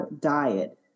diet